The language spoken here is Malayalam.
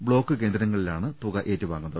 ബ്ലോക്ക് കേന്ദ്രങ്ങളിലാണ് തുക ഏറ്റു വാങ്ങുന്നത്